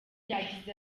yagize